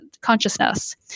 consciousness